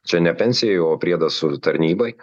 čia ne pensijai o priedas tarnybai